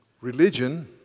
religion